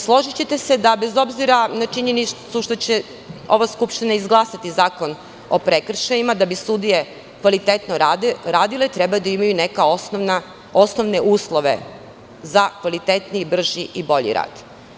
Složićete se da bez obzira na činjenicu što će ova skupština izglasati zakon o prekršajima, da bi sudije kvalitetno radile treba da imaju neke osnovne uslove za kvalitetniji brži i bolji rad.